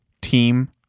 team